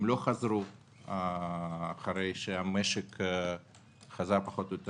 לא חזרו אחרי שהמשק חזר פחות או יותר